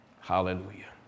hallelujah